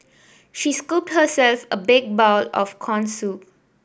she scooped herself a big bowl of corn soup